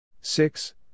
six